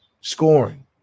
Scoring